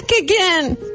again